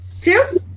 Two